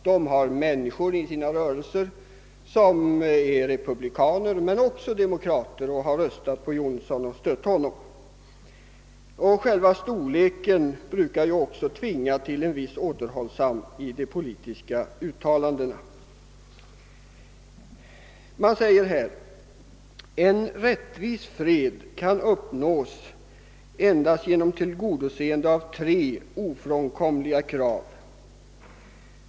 De har i sina rörelser medlemmar som är republikaner men också demokrater som har röstat på Johnson och stöder honom. Även själva storleken av organisationen tvingar till en viss återhållsamhet i uttalandena. Man säger att en rättvis fred kan uppnås endast genom tillgodoseendet av tre ofrånkomliga krav.